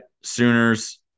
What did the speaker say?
Sooners